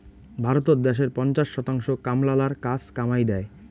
ভারতত দ্যাশের পঞ্চাশ শতাংশ কামলালার কাজ কামাই দ্যায়